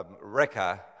wrecker